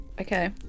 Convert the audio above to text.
okay